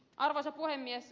arvoisa puhemies